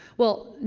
well,